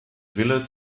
wille